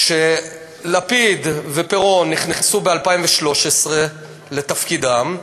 לפיד ופירון נכנסו ב-2013 לתפקידם,